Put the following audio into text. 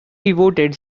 devoted